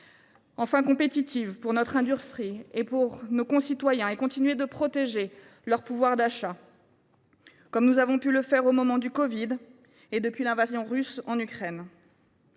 enfin, compétitive pour notre industrie et nos concitoyens, afin de continuer à protéger leur pouvoir d’achat, comme nous l’avons fait au moment de la covid 19 et depuis l’invasion russe en Ukraine.